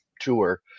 tour